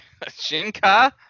Shinka